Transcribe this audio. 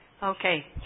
Okay